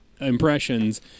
Impressions